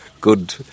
good